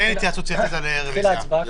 יש אבל התחילה ההצבעה.